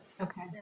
Okay